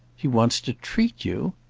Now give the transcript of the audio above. he wants to treat you?